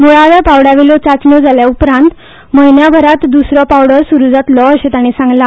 मुळाव्या पांवड्यावेल्यो चाचण्यो जाल्या उपरांत म्हयन्याभरात दुसरो पांवडो सुरू जातलो अशे ताणी सांगला